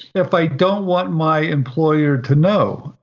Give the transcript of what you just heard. if i don't want my employer to know?